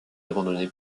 abandonné